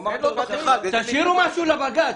תשאירו משהו לבג"צ,